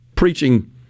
Preaching